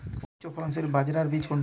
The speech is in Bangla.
উচ্চফলনশীল বাজরার বীজ কোনটি?